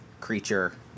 creature